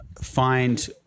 find